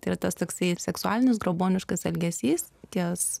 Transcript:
tai yra tas toksai seksualinis grobuoniškas elgesys ties